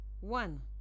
One